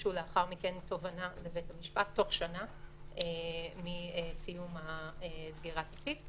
הגישו לאחר מכן תובענה לבית המשפט תוך שנה מסיום סגירת התיק.